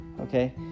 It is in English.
Okay